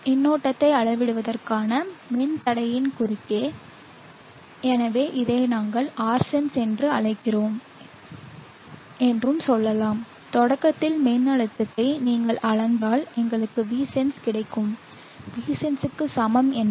மின்னோட்டத்தை அளவிடுவதற்கான மின்தடையின் குறுக்கே எனவே இதை நாங்கள் Rsense என்று அழைக்கிறோம் என்று சொல்லலாம் தொடக்கத்தில் மின்னழுத்தத்தை நீங்கள் அளந்தால் எங்களுக்கு Vsense கிடைக்கும் Vsense க்கு சமம் என்ன